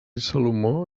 salomó